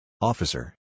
Officer